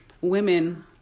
women